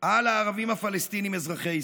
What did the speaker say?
על הערבים הפלסטינים אזרחי ישראל,